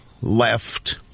left